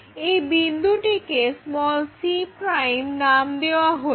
এই বিন্দুটিকে c নাম দেয়া হলো